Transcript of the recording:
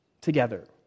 together